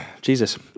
Jesus